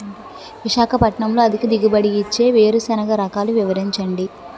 విశాఖపట్నంలో అధిక దిగుబడి ఇచ్చే వేరుసెనగ రకాలు వివరించండి?